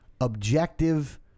objective